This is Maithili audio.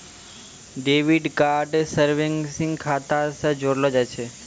डेबिट कार्ड सेविंग्स खाता से जोड़लो जाय छै